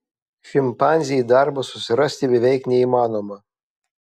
šimpanzei darbą susirasti beveik neįmanoma